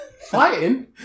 fighting